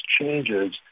changes